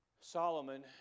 Solomon